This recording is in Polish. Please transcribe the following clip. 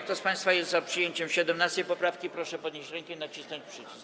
Kto z państwa jest za przyjęciem 17. poprawki, proszę podnieść rękę i nacisnąć przycisk.